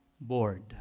board